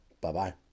bye-bye